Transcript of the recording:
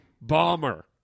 Bomber